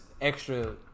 extra